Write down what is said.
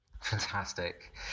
fantastic